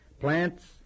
Plants